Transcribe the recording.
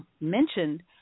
mentioned